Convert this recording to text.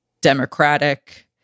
democratic